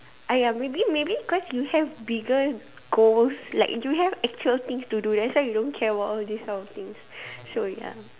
ah ya maybe maybe cause you have bigger goals like you have actual things to do that's why you don't care about all these kind of things so ya